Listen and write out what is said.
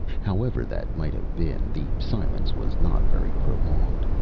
however that might have been, the silence was not very prolonged.